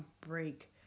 Break